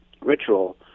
ritual